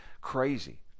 crazy